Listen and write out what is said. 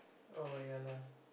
oh ya lah